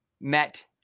met